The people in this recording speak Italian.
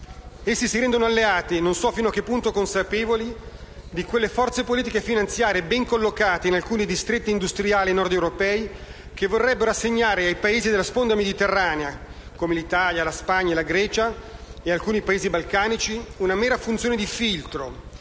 Esse si rendono alleate, non so fino a che punto consapevoli, di quelle forze politiche e finanziarie, ben collocate in alcuni distretti industriali nordeuropei, che vorrebbero assegnare ai Paesi della sponda mediterranea, come l'Italia, la Spagna e la Grecia e alcuni Paesi balcanici, una mera funzione di filtro,